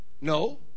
no